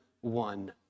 one